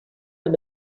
amb